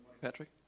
Patrick